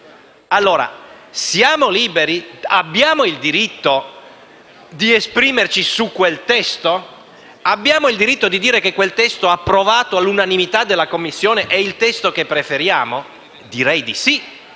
Ebbene, siamo liberi, abbiamo il diritto di esprimerci su quel testo? Abbiamo il diritto di dire che il testo approvato all'unanimità dalla Commissione è quello che preferiamo? Direi di sì,